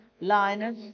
Linus